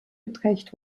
utrecht